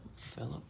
Philip